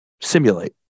simulate